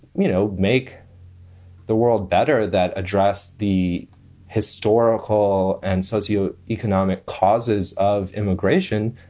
you know, make the world better, that address the historical and socio economic causes of immigration,